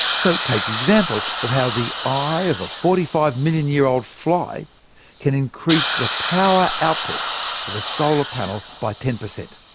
so take the example of how the eye of a forty five million year old fly can increase the power output of a solar panel by ten per cent.